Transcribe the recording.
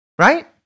Right